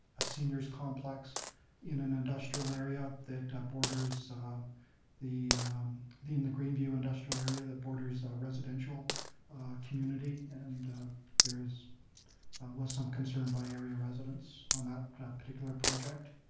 a seniors' complex in an industrial area that borders the the in the greenview industrial area that borders residential community, and there is was some concern by area residents on that particular project.